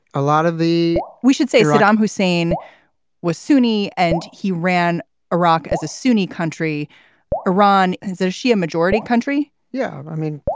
a lot of the we should say saddam hussein was sunni and he ran iraq as a sunni country iran has a shia majority country yeah. i mean,